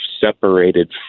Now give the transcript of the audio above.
separated